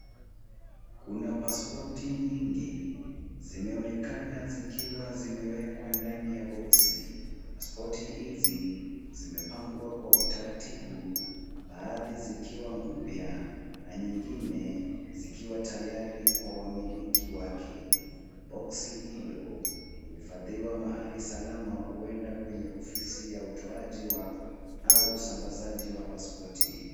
Kuna pasipoti nyingi zimeonekana zikiwa zimewekwa ndani ya boksi. Pasipoti hizi zimepangwa kwa utaratibu baadhi zikiwa mpya na nyingine zikiwa tayari kwa wamiliki wake. Boksi hilo limehifadhiwa mahali salama huenda kwenye ofisi ya utoaji au usambazaji wa pasipoti.